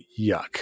yuck